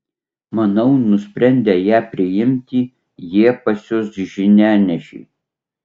manau nusprendę ją priimti jie pasiųs žinianešį